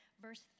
verse